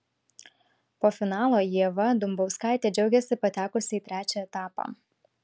po finalo ieva dumbauskaitė džiaugėsi patekusi į trečią etapą